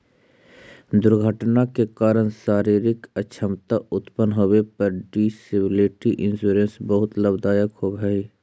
दुर्घटना के कारण शारीरिक अक्षमता उत्पन्न होवे पर डिसेबिलिटी इंश्योरेंस बहुत लाभदायक होवऽ हई